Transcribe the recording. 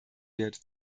wird